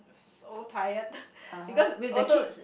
so tired because also